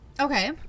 okay